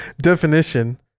definition